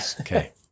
okay